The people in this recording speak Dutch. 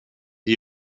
die